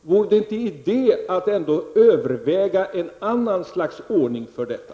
Vore det inte idé att ändå överväga en annan ordning för detta?